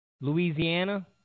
Louisiana